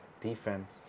defense